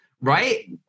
right